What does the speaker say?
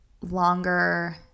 longer